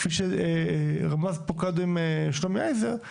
כפי שרמז פה קודם שלומי הייזלר,